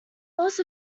loss